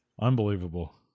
Unbelievable